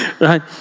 Right